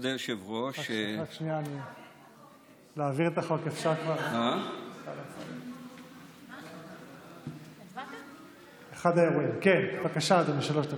שלוש דקות.